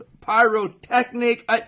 pyrotechnic